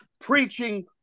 Preaching